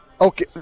Okay